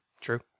True